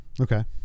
Okay